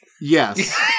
Yes